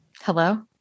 Hello